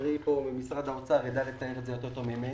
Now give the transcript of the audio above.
חברי ממשרד האוצר שנמצא כאן ידע לציין את זה יותר טוב ממני.